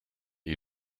you